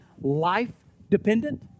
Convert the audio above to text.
life-dependent